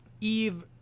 Eve